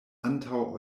antaŭ